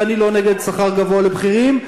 ואני לא נגד שכר גבוה לבכירים,